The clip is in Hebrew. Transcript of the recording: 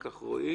רועי,